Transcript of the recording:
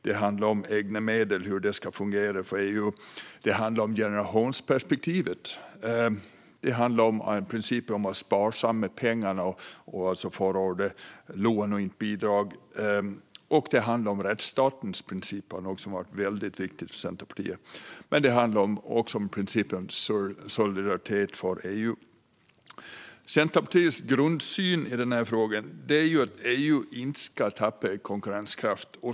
Det handlar också om egna medel och hur det ska fungera för EU, liksom om generationsperspektivet. Det handlar vidare om principen att vara sparsam med pengarna och förorda lån i stället för bidrag. Det handlar även om rättsstatens principer, vilket är något som har varit väldigt viktigt för Centerpartiet. Det handlar också om principen om solidaritet med EU. Centerpartiets grundsyn i den här frågan är att EU inte ska tappa i konkurrenskraft.